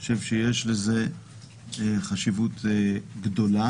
אני חושב שיש לזה חשיבות גדולה.